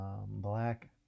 black